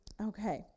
Okay